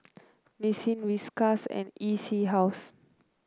Nissin Whiskas and E C House